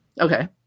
okay